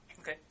Okay